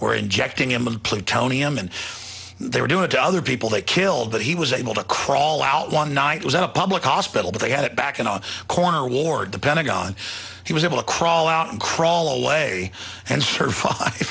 were injecting him with plutonium and they were doing to other people they killed that he was able to crawl out one night was in a public hospital but they had it back in a corner ward the pentagon he was able to crawl out and crawl away and serv